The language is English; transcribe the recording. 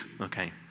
okay